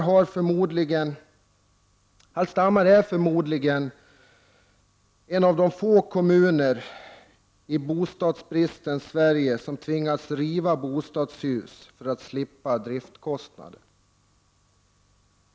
Hallstahammar är förmodligen en av de få kommuner i bostadsbristens Sverige som tvingats riva bostadshus för att slippa driftskostnader.